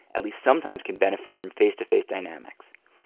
at least sometimes, can benefit from face-to-face dynamics.